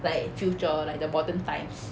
like future like the modern times